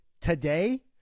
Today